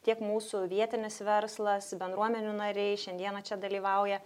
tiek mūsų vietinis verslas bendruomenių nariai šiandieną čia dalyvauja